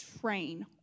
train